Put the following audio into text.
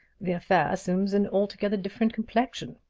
the affair assumes an altogether different complexion.